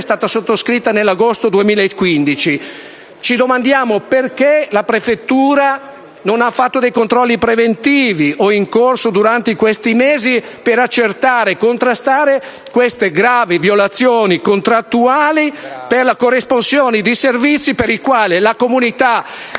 è stata sottoscritta nell'agosto 2015: ci domandiamo perché la prefettura non abbia fatto dei controlli preventivi, o anche in corso, durante questi mesi, per accertare e contrastare queste gravi violazioni contrattuali per la corresponsione di servizi per i quali la collettività